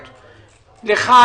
להודות לך,